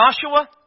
Joshua